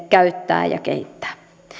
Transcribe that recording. käyttää ja kehittää